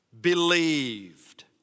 believed